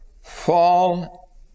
fall